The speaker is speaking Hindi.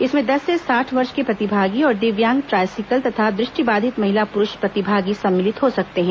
इसमें दंस से साठ वर्ष के प्रतिभागी और दिव्यांग ट्राईसिकल तथा दृष्टिबाधित महिला प्ररूष प्रतिभागी सम्मिलित हो सकते है